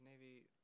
Navy